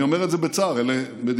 אני אומר את זה בצער, אלה מדינות